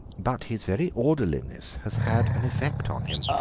but his very orderliness has had an effect on him.